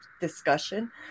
discussion